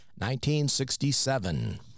1967